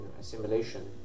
assimilation